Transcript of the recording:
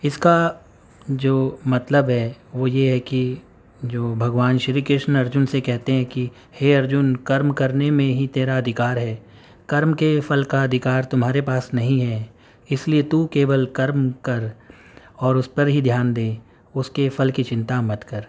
اس کا جو مطلب ہے وہ یہ ہے کہ جو بھگوان شری کرشن ارجن سے کہتے ہیں کہ ہے ارجن کرم کرنے میں ہی تیرا ادھیکار ہے کرم کے فل کا ادھیکار تمہارے پاس نہیں ہے اس لیے تو کیول کرم کر اور اس پر ہی دھیان دے اس کے فل کی چنتا مت کر